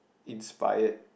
inspired